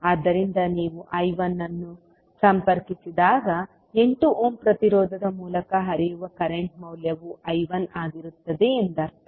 ಆದ್ದರಿಂದ ನೀವು I1 ಅನ್ನು ಸಂಪರ್ಕಿಸಿದಾಗ 8 ಓಮ್ ಪ್ರತಿರೋಧದ ಮೂಲಕ ಹರಿಯುವ ಕರೆಂಟ್ನ ಮೌಲ್ಯವು I1 ಆಗಿರುತ್ತದೆ ಎಂದರ್ಥ